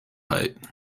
height